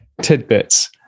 tidbits